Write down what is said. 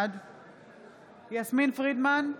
יסמין פרידמן,